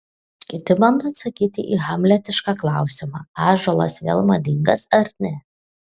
kiti bando atsakyti į hamletišką klausimą ąžuolas vėl madingas ar ne